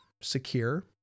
secure